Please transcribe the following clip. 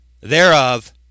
thereof